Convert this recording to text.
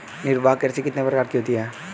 निर्वाह कृषि कितने प्रकार की होती हैं?